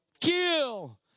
kill